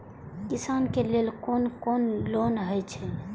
किसान के लेल कोन कोन लोन हे छे?